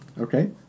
Okay